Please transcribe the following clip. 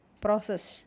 process